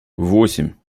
восемь